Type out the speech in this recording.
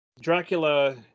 Dracula